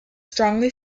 strongly